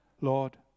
Lord